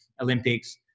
Olympics